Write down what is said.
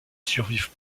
survivent